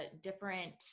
different